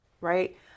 Right